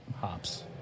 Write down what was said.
hops